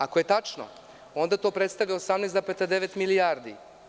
Ako je tačno, onda to predstavlja 18,9 milijardi.